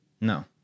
No